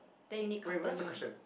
then you need company